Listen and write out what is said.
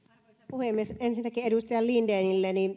puhemies ensinnäkin edustaja lindenille